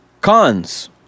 cons